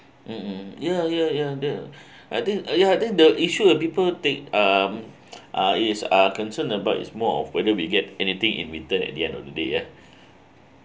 mmhmm ya ya ya the I think uh ya then the issue uh people take um uh it's uh concerned about is more of whether we get anything in return at the end of the day ya